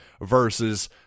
versus